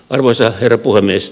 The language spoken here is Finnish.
arvoisa herra puhemies